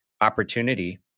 opportunity